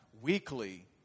weekly